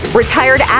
retired